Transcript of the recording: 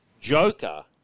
Joker